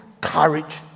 courage